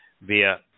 via